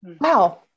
Wow